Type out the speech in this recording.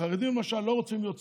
החרדים, למשל, לא רוצים להיות שרים.